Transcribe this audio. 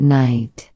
night